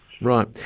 Right